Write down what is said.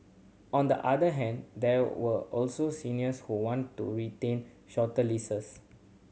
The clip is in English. on the other hand there were also seniors who want to retain shorter leases